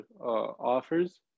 offers